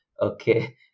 Okay